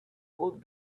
could